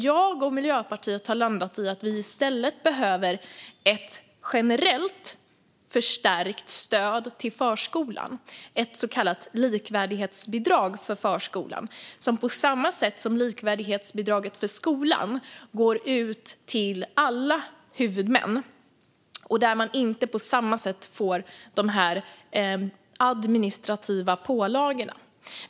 Jag och Miljöpartiet har landat i att det i stället behövs ett generellt förstärkt stöd till förskolan, ett så kallat likvärdighetsbidrag för förskolan som på samma sätt som likvärdighetsbidraget för skolan går ut till alla huvudmän och som inte på samma sätt leder till de administrativa pålagorna.